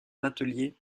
l’atelier